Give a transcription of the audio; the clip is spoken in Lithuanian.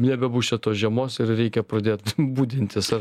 nebebus čia tos žiemos ir reikia pradėt budintis ar